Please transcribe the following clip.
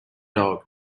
dog